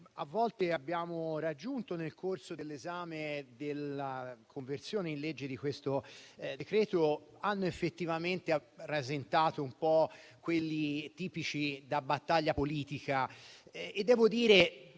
a volte abbiamo raggiunto nel corso dell'esame della conversione in legge di questo decreto hanno effettivamente rasentato quelli tipici della battaglia politica e forse